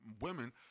women